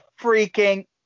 freaking